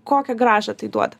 kokią grąžą tai duoda